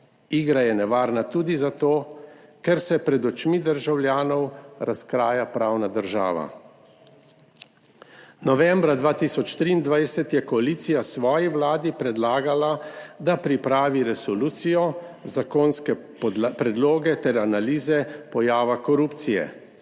Igra je nevarna tudi zato, ker se pred očmi državljanov razkraja pravna država. Novembra 2023 je koalicija svoji vladi predlagala, da pripravi resolucijo, zakonske predloge ter analize pojava korupcije,